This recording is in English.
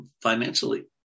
financially